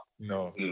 no